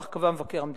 כך קבע מבקר המדינה.